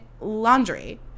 laundry